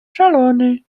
szalony